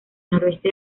noroeste